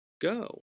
go